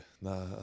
no